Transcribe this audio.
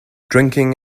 drinking